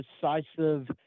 decisive